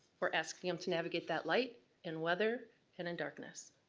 we're asking them to navigate that light in weather and in darkness.